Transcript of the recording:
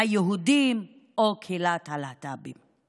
היהודים או קהילת הלהט"בים.